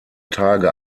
tage